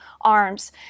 arms